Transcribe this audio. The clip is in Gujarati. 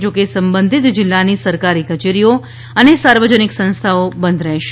જોકે સંબંધિત જિલ્લાની સરકારી કચેરીઓ અને સાર્વજનિક સંસ્થાઓ બંધ રહેશે